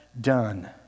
done